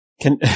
Can-